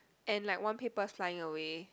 and like one paper's flying away